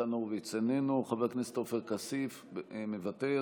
ניצן הורוביץ, איננו, חבר הכנסת עופר כסיף, מוותר,